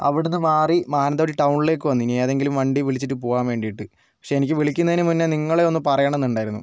അവിടെന്ന് മാറി മാനന്തവാടി ടൗണിലേക്ക് വന്നു ഇനി ഏതെങ്കിലും വണ്ടി വിളിച്ചിട്ട് പോകൻ വേണ്ടീട്ട് പക്ഷേ എനിക്ക് വിളിക്കുന്നനത്തിന് മുന്നേ നിങ്ങളെ ഒന്ന് പറയണംന്ന് ഉണ്ടായിരുന്നു